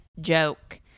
joke